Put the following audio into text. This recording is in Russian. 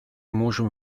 можем